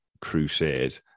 crusade